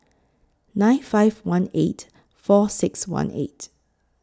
nine five one eight four six one eight